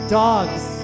dogs